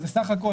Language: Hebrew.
בסך הכל.